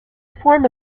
form